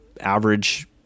average –